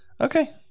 Okay